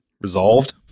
resolved